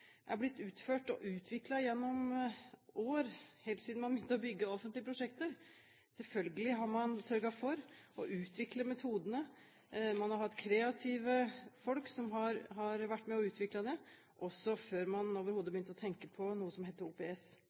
Selvfølgelig har man sørget for å utvikle metodene. Man har hatt kreative folk som har vært med og utviklet det, også før man overhodet begynte å tenke på noe som het OPS.